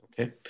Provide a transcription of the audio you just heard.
Okay